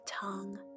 tongue